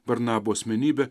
barnabo asmenybę